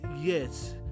yes